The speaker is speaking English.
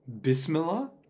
Bismillah